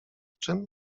czym